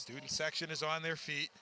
student section is on their feet